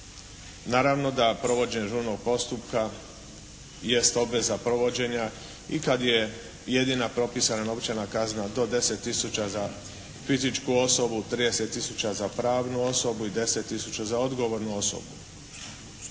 Naravno da provođenje žurnog postupka jest obveza provođenja i kad je jedina propisana novčana kazna do 10 000 za fizičku osobu, 30 000 za pravnu osobu i 10 000 za odgovornu osobu.